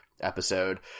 episode